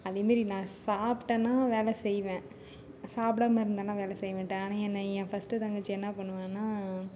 அதேமாரி நான் சாப்பிட்டேன்னா வேலை செய்வேன் சாப்பிடாம இருந்தேன்னால் வேலை செய்யமாட்டேன் ஆனால் என்ன என் ஃபஸ்ட்டு தங்கச்சி என்ன பண்ணுவாள்னா